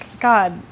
God